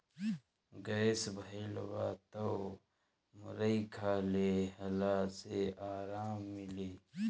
gas भइल बा तअ मुरई खा लेहला से आराम मिली